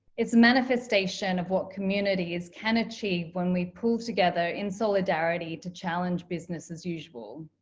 it's a manifestation of what communities can achieve when we pull together in solidarity to challenge business as usual.